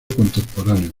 contemporáneo